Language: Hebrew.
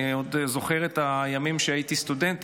ואני עוד זוכר את הימים שהייתי סטודנט.